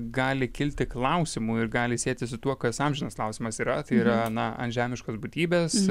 gali kilti klausimų ir gali sietis su tuo kas amžinas klausimas yra tai yra na antžemiškos būtybės